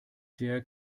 der